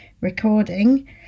recording